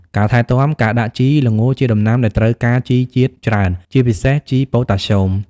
ការថែទាំ ការដាក់ជី ល្ងជាដំណាំដែលត្រូវការជីជាតិច្រើន ជាពិសេស ជីប៉ូតាស្យូម។